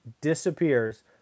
disappears